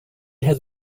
has